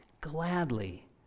gladly